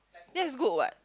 that's good what